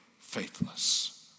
faithless